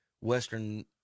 Western